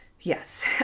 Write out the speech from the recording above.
Yes